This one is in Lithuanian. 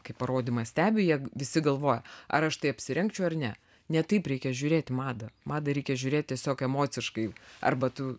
kai parodymą stebi jie visi galvoja ar aš tai apsirengčiau ar ne ne taip reikia žiūrėti madą madą reikia žiūrėti tiesiog emociškai arba tu